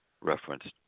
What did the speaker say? Referenced